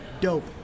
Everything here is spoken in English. dope